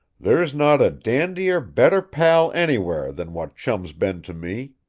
there's not a dandier, better pal anywhere, than what chum's been to me.